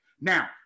Now